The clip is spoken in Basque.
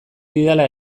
didala